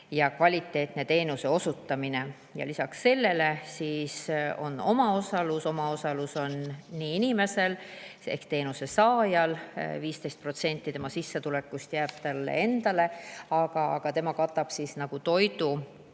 ja kvaliteetne teenuse osutamine. Lisaks sellele aga on ka omaosalus. Omaosalus on nii inimesel ehk teenusesaajal –15% tema sissetulekust jääb talle endale, aga tema katab toidukulu – kui